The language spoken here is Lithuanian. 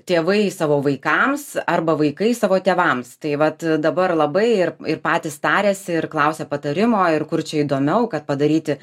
tėvai savo vaikams arba vaikai savo tėvams tai vat dabar labai ir ir patys tariasi ir klausia patarimo ir kur čia įdomiau kad padaryti